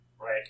Right